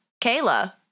Kayla